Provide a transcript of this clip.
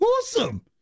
Awesome